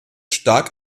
stark